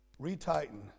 Retighten